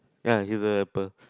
ya he's a helper